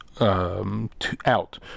out